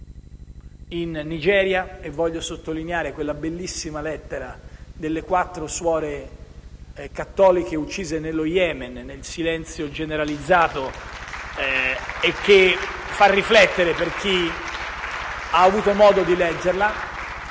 in Nigeria. E voglio sottolineare quella bellissima lettera delle quattro suore cattoliche uccise nello Yemen, nel silenzio generalizzato, che fa riflettere chi ha avuto modo di leggerla